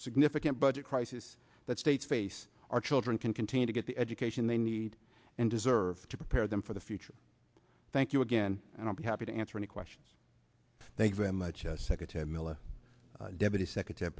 significant budget crisis that states face our children can continue to get the education they need and deserve to prepare them for the future thank you again and i'll be happy to answer any questions they very much secretary milla deputy secretary